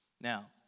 Now